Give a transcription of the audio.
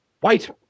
white